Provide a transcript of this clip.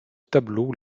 tableau